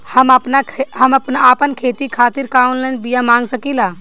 हम आपन खेती खातिर का ऑनलाइन बिया मँगा सकिला?